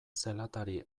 zelatari